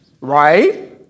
right